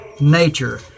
nature